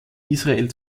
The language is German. israel